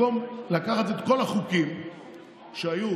במקום לקחת את כל החוקים שהיו